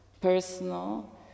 personal